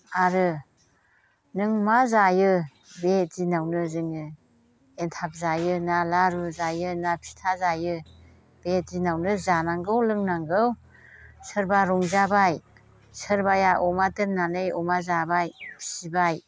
आरो नों मा जायो बे दिनआवनो जोङो एन्थाब जायो ना लारु जायो ना फिथा जायो बे दिनआवनो जानांगौ लोंनांगौ सोरबा रंजाबाय सोरबाया अमा दोननानै अमा जाबाय फिबाय